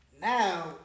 now